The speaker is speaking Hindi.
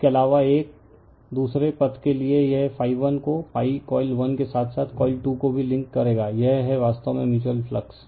इसके अलावा 1 दूसरे पथ के लिए यह ∅ 1 को ∅ कॉइल 1 के साथ साथ कॉइल 2 को भी लिंक करेगा यह है वास्तव में म्यूच्यूअल फ्लक्स